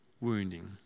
wounding